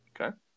Okay